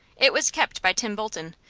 it was kept by tim bolton,